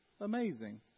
amazing